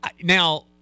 Now